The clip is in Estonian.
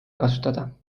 kasutada